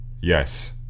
Yes